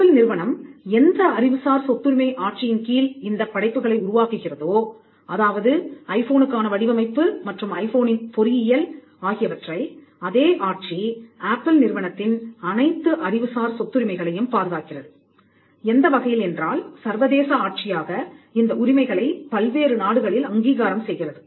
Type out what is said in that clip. apple நிறுவனம் எந்த அறிவுசார் சொத்துரிமை ஆட்சியின் கீழ் இந்தப் படைப்புகளை உருவாக்குகிறதோ அதாவது ஐபோனுக்கான வடிவமைப்பு மற்றும் ஐபோனின் பொறியியல் ஆகியவற்றை அதே ஆட்சி ஆப்பிள் நிறுவனத்தின் அனைத்து அறிவுசார் சொத்துரிமை களையும் பாதுகாக்கிறது எந்தவகையில் என்றால் சர்வதேச ஆட்சியாக இந்த உரிமைகளை பல்வேறு நாடுகளில் அங்கீகாரம் செய்கிறது